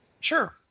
Sure